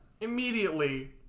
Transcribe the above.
immediately